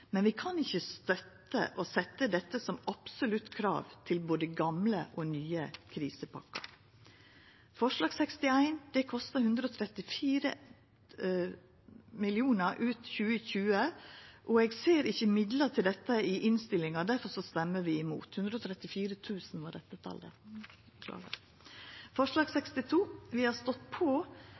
men vi kan ikkje støtta forslaget om å setja dette som eit absolutt krav til både gamle og nye krisepakker. Til forslag nr. 61: Dette kostar 134 mill. kr ut 2020, og eg ser ikkje midlar til dette i innstillinga. Difor stemmer vi mot. Til forslag nr. 62: Vi har stått på